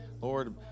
Lord